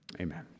amen